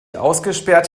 ausgesperrt